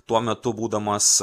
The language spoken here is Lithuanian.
tuo metu būdamas